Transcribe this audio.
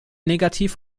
negativ